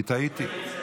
כי טעיתי.